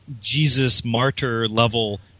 Jesus-martyr-level